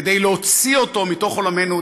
כדי להוציא אותו מתוך עולמנו,